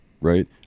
right